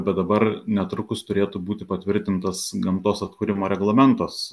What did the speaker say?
bet dabar netrukus turėtų būti patvirtintas gamtos atkūrimo reglamentas